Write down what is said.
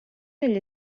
negli